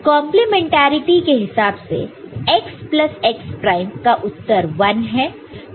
complementarity के हिसाब से x प्लसx प्राइम का उत्तर 1 है